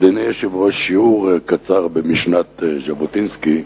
אדוני היושב-ראש, שיעור קצר במשנת ז'בוטינסקי,